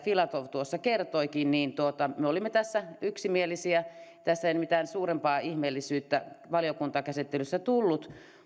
filatov kertoikin niin me olimme tässä yksimielisiä tässä ei nyt mitään suurempaa ihmeellisyyttä valiokuntakäsittelyssä tullut